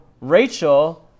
Rachel